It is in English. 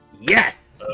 yes